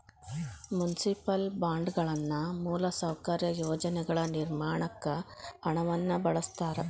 municipal ಬಾಂಡ್ಗಳನ್ನ ಮೂಲಸೌಕರ್ಯ ಯೋಜನೆಗಳ ನಿರ್ಮಾಣಕ್ಕ ಹಣವನ್ನ ಬಳಸ್ತಾರ